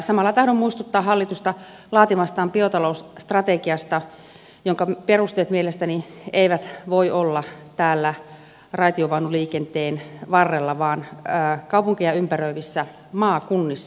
samalla tahdon muistuttaa hallitusta laatimastaan biotalousstrategiasta jonka perusteet mielestäni eivät voi olla täällä raitiovaunuliikenteen varrella vaan kaupunkeja ympäröivissä maakunnissa